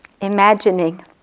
Imagining